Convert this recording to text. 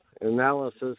analysis